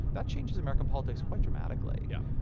that changes american politics quite dramatically. yeah.